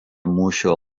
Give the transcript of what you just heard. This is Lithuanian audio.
mūšio